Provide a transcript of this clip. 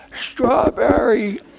strawberry